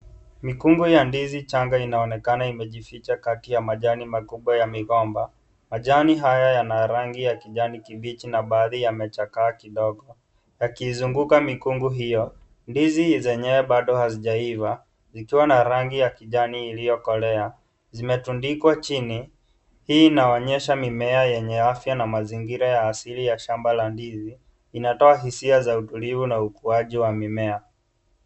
Mikungu ya ndizi changa inaonekana imejificha kati ya majani makubwa ya migomba. Majani haya yana rangi ya kijani kibichi na baadhi yamechakaa kidogo yakizunguka mikungu hio. Ndizi zenyewe bado hazijaiva, zikiwa na rangi ya kijani iliyokolea. Zimetundikwa chini. Hii inaonyesha mimea yenye afya na mazingira ya asili ya shamba la ndizi. Inatoa hisia za utulivu na ukuaji wa mimea.